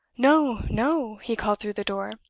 no! no! he called through the door.